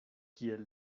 kiel